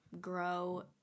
grow